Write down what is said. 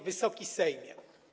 Wysoki Sejmie!